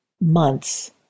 months